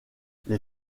les